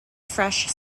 fresh